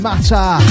Matter